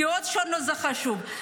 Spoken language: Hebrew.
דעות שונות זה חשוב,